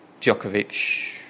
Djokovic